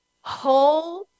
whole